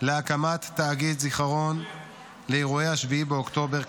להקמת תאגיד זיכרון לאירועי 7 באוקטובר,